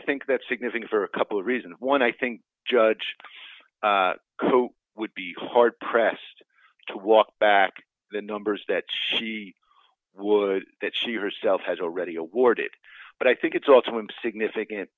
think that's significant for a couple of reasons one i think judge would be hard pressed to walk back the numbers that she would that she herself has already awarded but i think it's also in significant